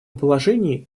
положении